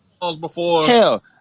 Hell